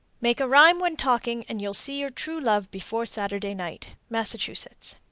make a rhyme when talking, and you'll see your true love before saturday night. massachusetts.